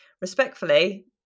respectfully